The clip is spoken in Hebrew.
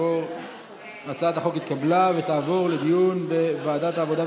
הצעת החוק התקבלה ותעבור לדיון בוועדת העבודה,